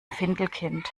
findelkind